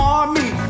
Army